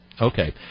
Okay